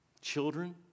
children